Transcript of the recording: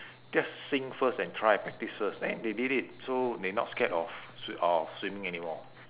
just sink first and try practise first then they did it so they not scared of swi~ of swimming anymore